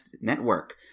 Network